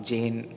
Jane